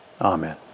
amen